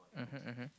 mmhmm mmhmm